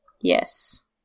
Yes